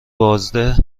بازده